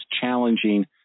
challenging